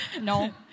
No